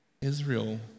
Israel